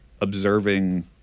observing